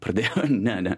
pradėjo ne ne